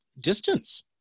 distance